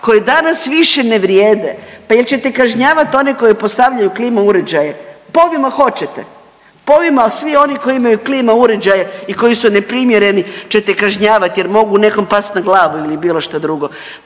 koje danas više ne vrijede. Pa jel' ćete kažnjavati one koji postavljaju klima uređaje? Po ovome hoćete. Po ovima svi oni koji imaju klima uređaje i koji su neprimjereni ćete kažnjavati jer mogu nekom past na glavu ili bilo šta drugo.